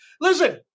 Listen